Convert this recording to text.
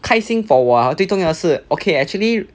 开心 for 我 ah 最重要的是 ok actually